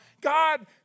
God